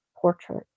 portrait